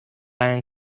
angen